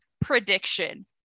prediction